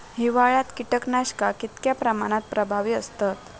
हिवाळ्यात कीटकनाशका कीतक्या प्रमाणात प्रभावी असतत?